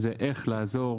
זה איך לעזור